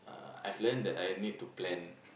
uh I've learnt that I need to plan